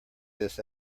this